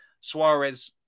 Suarez